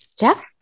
Jeff